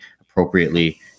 appropriately